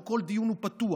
לא כל דיון הוא פתוח.